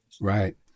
Right